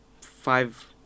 five